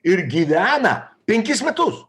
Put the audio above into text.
ir gyvena penkis metus